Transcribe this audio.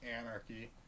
Anarchy